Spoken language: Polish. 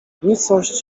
nicość